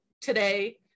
today